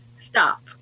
stop